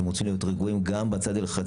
הם רגועים בצד ההלכתי.